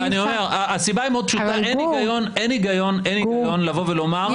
אני אומר שאין היגיון לבוא ולומר --- אבל גור,